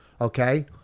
Okay